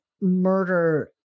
murder